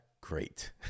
great